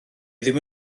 ddim